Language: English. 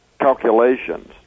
calculations